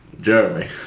Jeremy